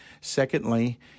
Secondly